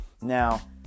Now